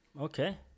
Okay